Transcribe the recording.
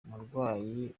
umurwayi